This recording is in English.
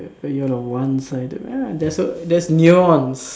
you're a one sided ah there's a there's nuance